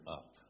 up